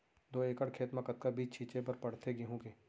दो एकड़ खेत म कतना बीज छिंचे बर पड़थे गेहूँ के?